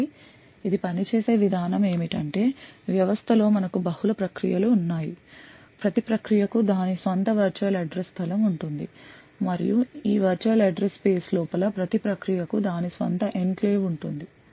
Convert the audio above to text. కాబట్టి ఇది పనిచేసే విధానం ఏమిటంటే వ్యవస్థ లో మనకు బహుళ ప్రక్రియలు ఉన్నాయి ప్రతి ప్రక్రియకు దాని స్వంత వర్చువల్ అడ్రస్ స్థలం ఉంటుంది మరియు ఈ వర్చువల్ అడ్రస్ స్పేస్ లోపల ప్రతి ప్రక్రియకు దాని స్వంత ఎన్క్లేవ్ ఉంటుంది